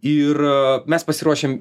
ir mes pasiruošiam